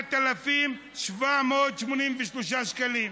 8,783 שקלים.